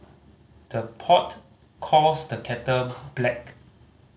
the pot calls the kettle black